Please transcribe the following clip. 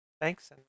Thanks